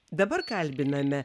dabar kalbiname